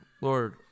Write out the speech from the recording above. Lord